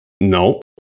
No